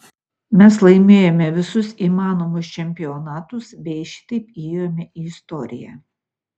mes laimėjome visus įmanomus čempionatus bei šitaip įėjome į istoriją